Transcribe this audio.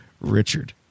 Richard